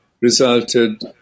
resulted